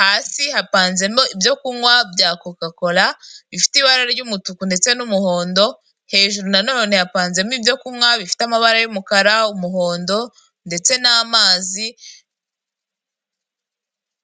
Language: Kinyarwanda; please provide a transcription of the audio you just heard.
hasi hapanzemo ibyo kunywa bya kokakora bifite ibara ry'umutuku ndetse n'umuhondo, hejuru nanone hapanzemo ibyo kunywa bifite amabara y'umukara, umuhondo ndetse n'amazi.